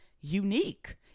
unique